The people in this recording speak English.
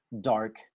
dark